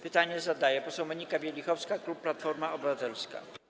Pytanie zadaje poseł Monika Wielichowska, klub Platforma Obywatelska.